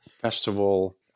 festival